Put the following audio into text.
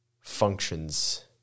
functions